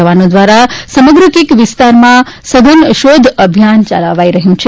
જવાનો દ્વારા સમગ્ર ક્રીક વિસ્તારમાં સઘન શોધ અભિયાન ચલાવાયું છે